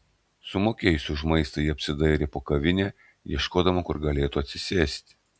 sumokėjusi už maistą ji apsidairė po kavinę ieškodama kur galėtų atsisėsti